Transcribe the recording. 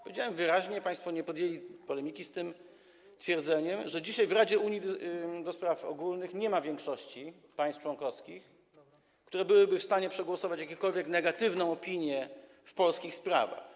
Powiedziałem wyraźnie - państwo nie podjęli polemiki z tym twierdzeniem - że dzisiaj w unijnej Radzie do Spraw Ogólnych nie ma większości państw członkowskich, które byłyby w stanie przegłosować jakąkolwiek negatywną opinię w polskich sprawach.